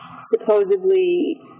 supposedly